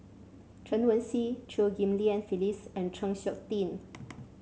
Chen Wen Hsi Chew Ghim Lian Phyllis and Chng Seok Tin